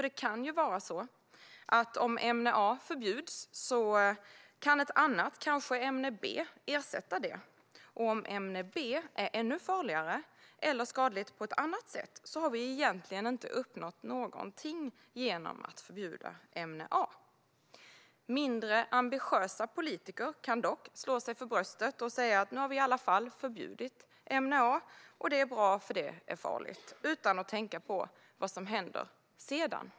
Det kan vara på det sättet att om ämne A förbjuds kan ett annat, kanske ämne B, ersätta det. Och om ämne B är ännu farligare eller skadligt på ett annat sätt har vi egentligen inte uppnått någonting genom att förbjuda ämne A. Mindre ambitiösa politiker kan dock slå sig för bröstet och säga: Nu har vi i alla fall förbjudit ämne A, och det är bra eftersom det ämnet är farligt - utan att tänka på vad som händer sedan.